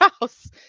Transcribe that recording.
house